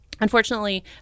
Unfortunately